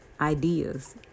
ideas